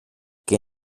que